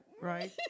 right